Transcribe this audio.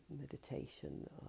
meditation